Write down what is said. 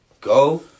go